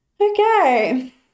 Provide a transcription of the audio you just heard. Okay